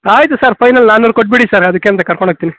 ಆಯಿತು sir final ನಾನ್ನೂರು ಕೊಟ್ಬಿಡಿ ಸರ್ ಅದಕ್ಕೆಂತ ಕರ್ಕೊಂಡು ಹೋಗ್ತೀನಿ